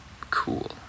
cool